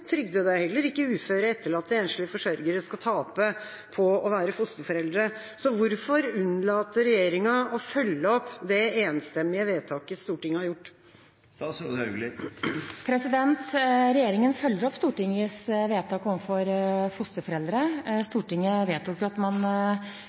ingen trygdede, heller ikke uføre, etterlatte eller enslige forsørgere, skal tape på å være fosterforeldre. Så hvorfor unnlater regjeringa å følge opp det enstemmige vedtaket Stortinget har gjort? Regjeringen følger opp Stortingets vedtak overfor fosterforeldre.